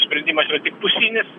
sprendimas yra tik pusinis